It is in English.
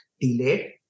delayed